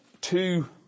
Two